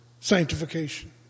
sanctification